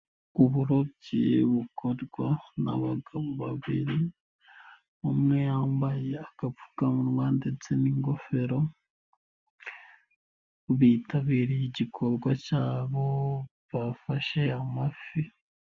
Uburobyi bukorwa n'abagabo babiri, umwe yambaye akapfukamunwa ndetse n'ingofero. Bitabiriye igikorwa cyabo bafashe amafi.